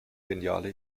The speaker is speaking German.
geniale